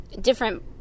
different